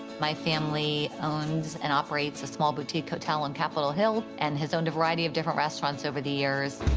my family owns and operates a small boutique hotel on capitol hill and has owned a variety of different restaurants over the years.